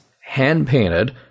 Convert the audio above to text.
hand-painted